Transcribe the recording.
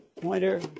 pointer